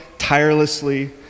Tirelessly